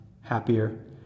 happier